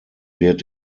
wird